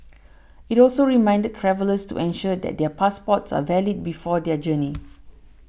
it also reminded travellers to ensure that their passports are valid before their journey